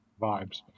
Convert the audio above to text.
vibes